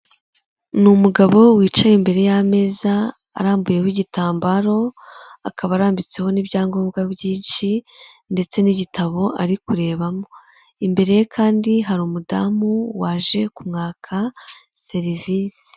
Ni umugabo wicaye imbere y'ameza arambuyeho igitambaro, akaba arambitseho n'ibyangombwa byinshi ndetse n'igitabo ari kurebamo, imbere ye kandi hari umudamu waje kumwaka serivisi.